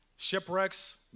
Shipwrecks